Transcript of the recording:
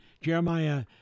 Jeremiah